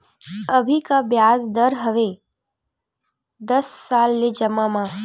अभी का ब्याज दर हवे दस साल ले जमा मा?